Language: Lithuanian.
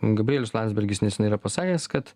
gabrielius landsbergis nesenai yra pasakęs kad